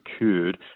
occurred